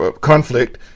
conflict